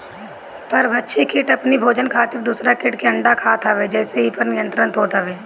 परभक्षी किट अपनी भोजन खातिर दूसरा किट के अंडा खात हवे जेसे इ पर नियंत्रण होत हवे